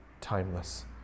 timeless